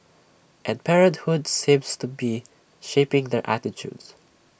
and parenthood seems to be shaping their attitudes